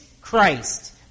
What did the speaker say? Christ